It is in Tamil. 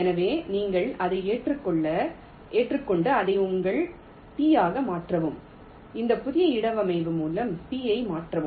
எனவே நீங்கள் அதை ஏற்றுக்கொண்டு அதை உங்கள் P ஆக மாற்றவும் இந்த புதிய இடவமைவு மூலம் P ஐ மாற்றவும்